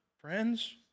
friends